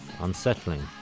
unsettling